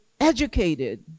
educated